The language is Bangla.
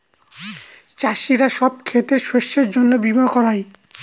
চাষীরা সব ক্ষেতের শস্যের জন্য বীমা করায়